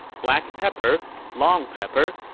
black pepper, long pepper,